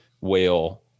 whale